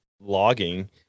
logging